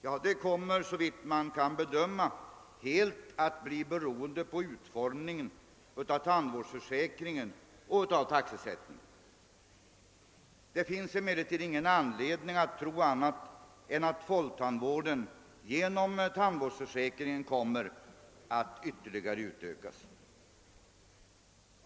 Ja, det kommer såvitt nu kan bedömas helt att bli beroende på utformningen av tandvårdsförsäkringen och av taxesättningen. Det finns emellertid ingen anledning att tro annat än att folktandvården genom tandvårdsförsäkringen kommer att ytterligare utökas.